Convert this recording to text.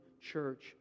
church